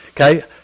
Okay